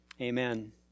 Amen